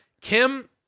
Kim